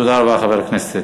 תודה רבה, חבר הכנסת